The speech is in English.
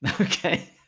Okay